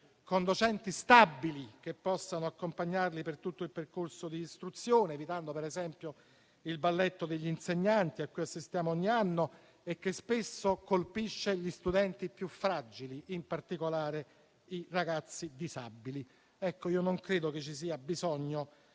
con docenti stabili, che possano accompagnare gli studenti per tutto il percorso di istruzione, evitando il balletto degli insegnanti cui assistiamo ogni anno e che spesso colpisce gli studenti più fragili, in particolare i ragazzi disabili. Io non credo che ci sia bisogno